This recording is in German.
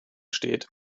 steht